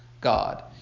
God